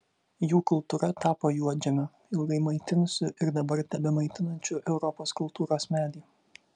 jų kultūra tapo juodžemiu ilgai maitinusiu ir dabar tebemaitinančiu europos kultūros medį